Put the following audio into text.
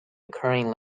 occurring